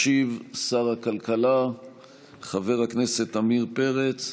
ישיב שר הכלכלה חבר הכנסת עמיר פרץ,